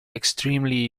extremely